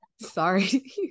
sorry